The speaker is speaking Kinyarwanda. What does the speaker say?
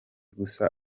gusa